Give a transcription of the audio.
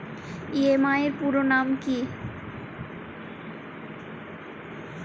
EMI এর পুরোনাম কী?